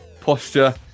posture